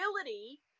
ability